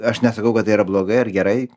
aš nesakau kad tai yra blogai ar gerai